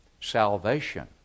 Salvation